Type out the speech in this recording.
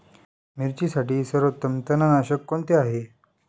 मिरचीसाठी सर्वोत्तम तणनाशक कोणते आहे?